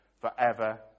forever